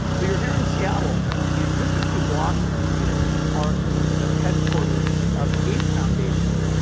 but you are here in seattle, and just a few blocks from here are the headquarters of the gates foundation,